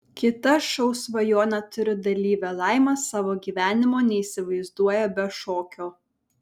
kita šou svajonę turiu dalyvė laima savo gyvenimo neįsivaizduoja be šokio